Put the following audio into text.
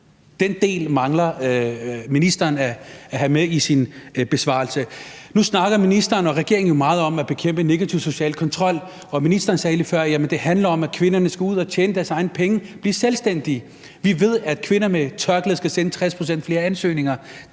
Den del mangler ministeren at have med i sin besvarelse. Nu snakker ministeren og regeringen jo meget om at bekæmpe negativ social kontrol, og ministeren sagde lige før, at det handler om, at kvinderne skal ud at tjene deres egne penge, blive selvstændige. Vi ved, at kvinder med tørklæde skal sende 60 pct. flere ansøgninger,